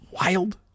wild